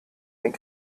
den